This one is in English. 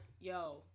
yo